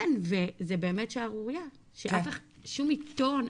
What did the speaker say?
אין וזה באמת שערורייה ששום עיתון,